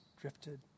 drifted